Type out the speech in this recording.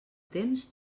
temps